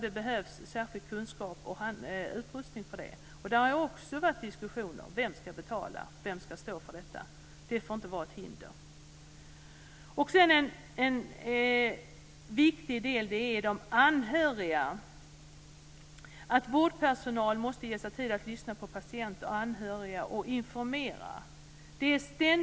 Det behövs särskild kunskap och utrustning för det. Det har också där varit diskussioner om vem som ska betala och vem som ska stå för det. Det får inte vara ett hinder. En viktig del är de anhöriga. Vårdpersonal måste ge sig tid att lyssna på patienter och anhöriga och informera.